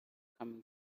having